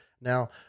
now